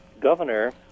governor